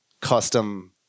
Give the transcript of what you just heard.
custom